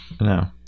no